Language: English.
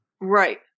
Right